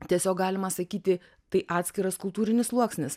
tiesiog galima sakyti tai atskiras kultūrinis sluoksnis